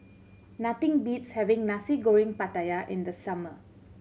nothing beats having Nasi Goreng Pattaya in the summer